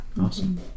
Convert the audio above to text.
Awesome